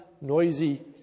noisy